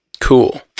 Cool